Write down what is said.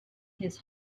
his